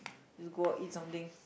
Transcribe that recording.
just go out eat something